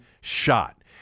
shot